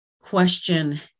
question